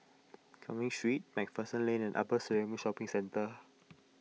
Cumming Street MacPherson Lane and Upper Serangoon Shopping Centre